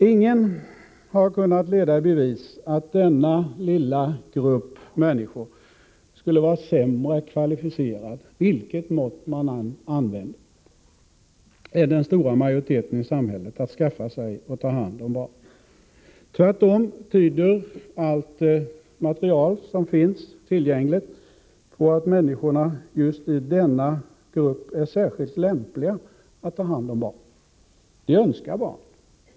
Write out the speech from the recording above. Ingen har kunnat leda i bevis — vilket mått man än använder — att denna lilla grupp människor skulle vara sämre kvalificerade än den stora majoriteten i samhället att skaffa sig och ta hand om barn. Tvärtom tyder allt material som finns tillgängligt på att människorna just i denna grupp är särskilt lämpliga att ta hand om barn. De önskar barn.